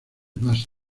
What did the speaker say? más